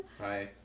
Hi